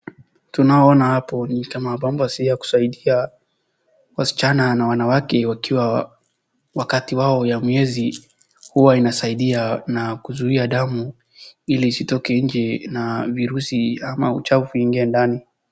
Tunao ona hapo ni kama pamba si ya kusaidia wasichana na wanawake wakiwa wakati wao ya miezi huwa inasaidia na kuzuia damu ili isitoke nje na virusi ama uchafu iingie ndani.